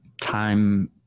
time